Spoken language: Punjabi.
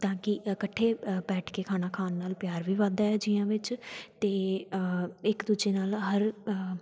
ਤਾਂ ਕਿ ਇਕੱਠੇ ਬੈਠ ਕੇ ਖਾਣਾ ਖਾਣ ਨਾਲ ਪਿਆਰ ਵੀ ਵੱਧਦਾ ਹੈ ਜੀਆਂ ਵਿੱਚ ਅਤੇ ਇੱਕ ਦੂਜੇ ਨਾਲ ਹਰ